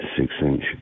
six-inch